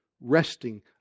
resting